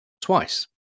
twice